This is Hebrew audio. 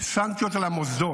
סנקציות על המוסדות.